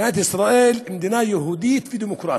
יהודית דמוקרטית.